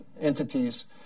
entities